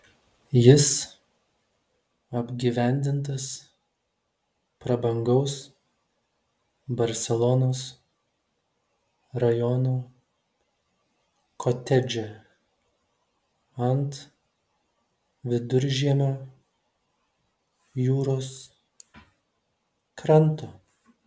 jis apgyvendintas prabangaus barselonos rajono kotedže ant viduržiemio jūros kranto